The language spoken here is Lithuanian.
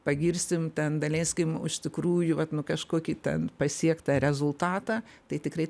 pagirsim ten daleiskim už tikrųjų vat nu kažkokį ten pasiektą rezultatą tai tikrai